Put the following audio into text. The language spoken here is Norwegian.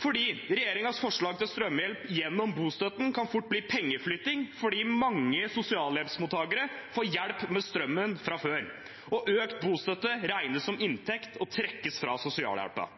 Regjeringens forslag til strømhjelp gjennom bostøtten kan fort bli pengeflytting fordi mange sosialhjelpsmottakere får hjelp med strømmen fra før og økt bostøtte regnes som inntekt og trekkes fra sosialhjelpen.